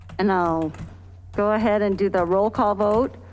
and i'll go ahead and do the roll call vote.